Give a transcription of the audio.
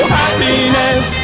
happiness